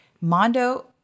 Mondo